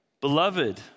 Beloved